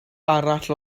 arall